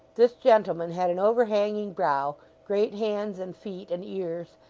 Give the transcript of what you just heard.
this gentleman had an overhanging brow, great hands and feet and ears,